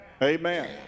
Amen